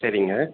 சரிங்க